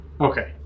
Okay